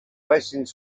blessing